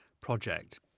project